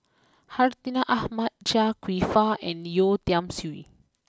Hartinah Ahmad Chia Kwek Fah and Yeo Tiam Siew